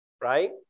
right